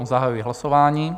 Zahajuji hlasování.